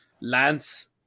Lance